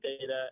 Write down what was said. data